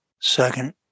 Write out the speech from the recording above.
Second